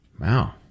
Wow